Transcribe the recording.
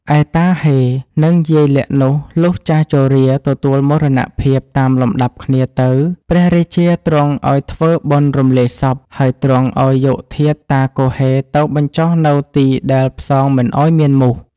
ឯតាហ៊េ និង យាយលាក់នោះ លុះចាស់ជរា ទទួលមរណភាពតាមលំដាប់គ្នាទៅព្រះរាជាទ្រង់ឲ្យធ្វើបុណ្យរំលាយសព ហើយទ្រង់ឲ្យយកធាតុតាគហ៊េ នៅបញ្ចុះនៅទីដែលផ្សងមិនឲ្យមានមូស។